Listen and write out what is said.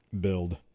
build